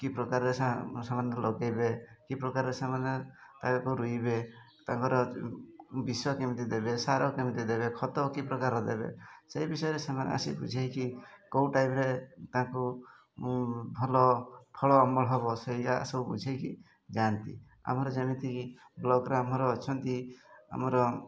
କି ପ୍ରକାର ସେମାନେ ଲଗେଇବେ କି ପ୍ରକାରର ସେମାନେ ତାକୁ ରୁଈବେ ତାଙ୍କର ବିଷ କେମିତି ଦେବେ ସାର କେମିତି ଦେବେ ଖତ କି ପ୍ରକାର ଦେବେ ସେଇ ବିଷୟରେ ସେମାନେ ଆସି ବୁଝେଇକି କୋଉ ଟାଇମ୍ରେ ତାଙ୍କୁ ଭଲ ଫଳ ଅମଳ ହେବ ସେଇ ସବୁ ବୁଝେଇକି ଯାଆନ୍ତି ଆମର ଯେମିତିକି ବ୍ଲକ୍ ଗ୍ରାମର ଅଛନ୍ତି ଆମର